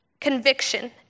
conviction